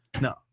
No